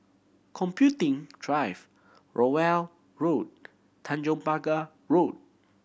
Computing Drive Rowell Road Tanjong Pagar Road